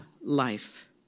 life